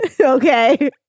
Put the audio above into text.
Okay